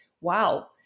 wow